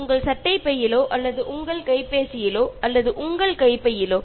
നിങ്ങളുടെ പോക്കറ്റിലോ മൊബൈലിലോ അല്ലെങ്കിൽ നിങ്ങളുടെ ബാഗിലോ സ്യൂട്ട്കേസിലോ